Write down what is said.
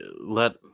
Let